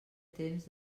temps